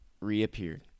reappeared